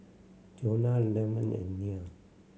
Johnna Damion and Nia